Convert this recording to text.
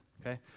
okay